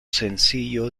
sencillo